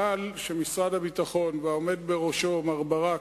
אבל כשמשרד הביטחון והעומד בראשו, מר ברק,